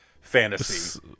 fantasy